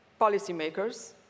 policymakers